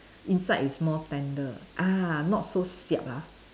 inside is more tender ah not so siap ah